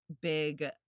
big